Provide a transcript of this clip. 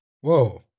Whoa